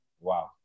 wow